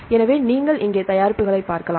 எனவே நீங்கள் இங்கே தயாரிப்புகளை பார்க்கலாம்